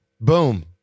boom